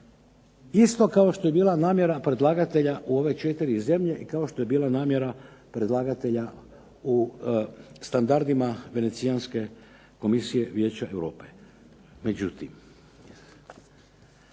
isto kao što je bila namjera predlagatelja u ove četiri zemlje, kao što je bila namjera predlagateljima u standardima Venecijanske komisije Vijeća Europe.